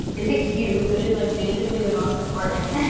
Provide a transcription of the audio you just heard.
is it cute? which is like basically the most important.